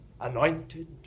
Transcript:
anointed